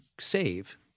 save